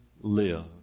live